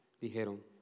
dijeron